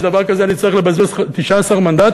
בשביל דבר כזה אני צריך לבזבז 19 מנדטים?